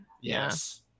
yes